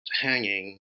hanging